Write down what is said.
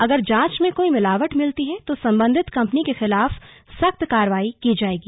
अगर जांच में कोई मिलावट मिलती है तो संबंधित कंपनी के खिलाफ सख्त कार्रवाई की जाएगी